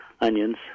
onions